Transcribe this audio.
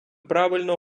правильно